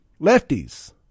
lefties